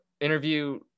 interview